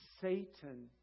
Satan